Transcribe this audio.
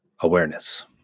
Awareness